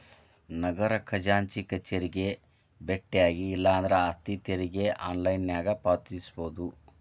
ನಗರ ಖಜಾಂಚಿ ಕಚೇರಿಗೆ ಬೆಟ್ಟ್ಯಾಗಿ ಇಲ್ಲಾಂದ್ರ ಆಸ್ತಿ ತೆರಿಗೆ ಆನ್ಲೈನ್ನ್ಯಾಗ ಪಾವತಿಸಬೋದ